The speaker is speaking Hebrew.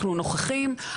אנחנו נוכחים,